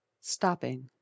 Stopping